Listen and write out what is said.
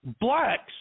blacks